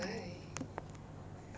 !hais!